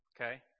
okay